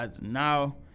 now –